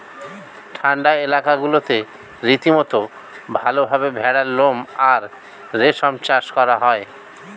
ঠান্ডা এলাকাগুলোতে রীতিমতো ভালভাবে ভেড়ার লোম আর রেশম চাষ করা হয়